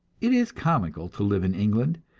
it is comical to live in england,